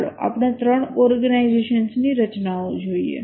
ચાલો આપણે ત્રણ ઓર્ગેનાઈઝેશન્સ ની રચનાઓ જોઈએ